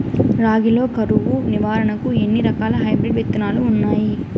రాగి లో కరువు నివారణకు ఎన్ని రకాల హైబ్రిడ్ విత్తనాలు ఉన్నాయి